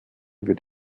wird